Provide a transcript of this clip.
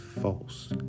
false